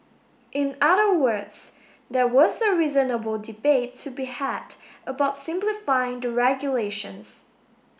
in other words there was a reasonable debate to be had about simplifying the regulations